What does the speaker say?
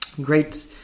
Great